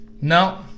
no